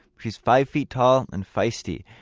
she's five feet tall and feisty.